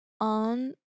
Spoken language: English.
on